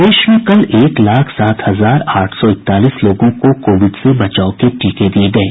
प्रदेश में कल एक लाख सात हजार आठ सौ इकतालीस लोगों को कोविड से बचाव के टीके दिये गये